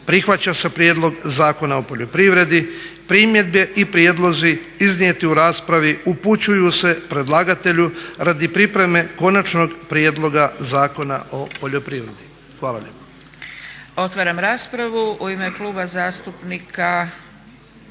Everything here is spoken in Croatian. "Prihvaća se Prijedlog zakona o poljoprivredi. Primjedbe i prijedlozi iznijeti u raspravi upućuju se predlagatelju radi pripreme Konačnog prijedloga zakona o poljoprivredi.". Hvala lijepo.